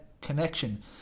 connection